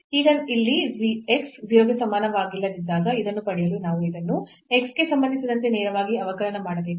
ಈಗ ಇಲ್ಲಿ x 0 ಗೆ ಸಮಾನವಾಗಿಲ್ಲದಿದ್ದಾಗ ಇದನ್ನು ಪಡೆಯಲು ನಾವು ಇದನ್ನು x ಗೆ ಸಂಬಂಧಿಸಿದಂತೆ ನೇರವಾಗಿ ಅವಕಲನ ಮಾಡಬೇಕು